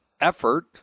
effort